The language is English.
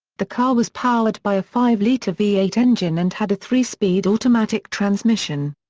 the car was powered by a five litre v eight engine and had a three-speed automatic transmission.